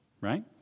right